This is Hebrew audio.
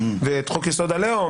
ואת חוק-יסוד: הלאום,